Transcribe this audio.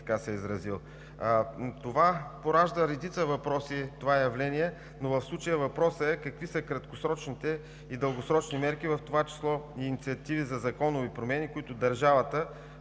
така бих се изразил. Това явление поражда редица въпроси, но в случая въпросът е: какви са краткосрочните и дългосрочните мерки, в това число и инициативи за законови промени, които държавата